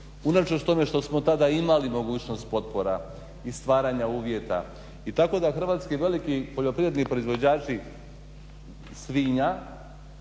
unatoč tome što smo tada imali mogućnost potpora i stvaranja uvjeta. I tako da hrvatski veliki poljoprivredni proizvođači svinja